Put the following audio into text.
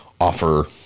offer